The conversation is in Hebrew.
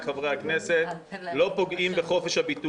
כשמחוץ לכנסת המפגינים מוכים על ידי המשטרה.